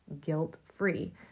guilt-free